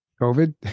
COVID